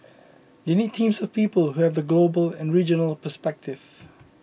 they need teams of people who have the global and regional perspective